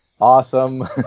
Awesome